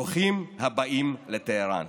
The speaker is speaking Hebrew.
ברוכים הבאים לטהרן.